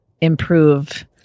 improve